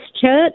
church